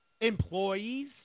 Employees